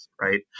right